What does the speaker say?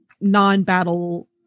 non-battle